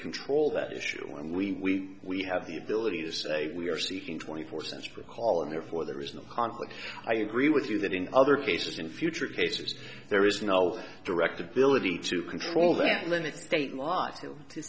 control that issue when we we have the ability to say we are seeking twenty four cents for a call and therefore there is no conflict i agree with you that in other cases in future cases there is no direct ability to control that limit state l